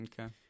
Okay